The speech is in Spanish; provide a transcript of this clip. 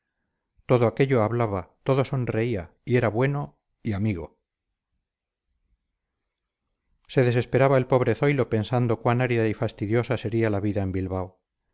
todo aquello hablaba todo sonreía y era bueno y amigo se desesperaba el pobre zoilo pensando cuán árida y fastidiosa sería la vida en bilbao